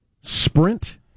Sprint